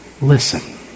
listen